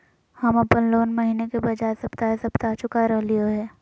हम अप्पन लोन महीने के बजाय सप्ताहे सप्ताह चुका रहलिओ हें